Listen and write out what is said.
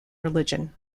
religion